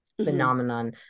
phenomenon